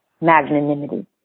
magnanimity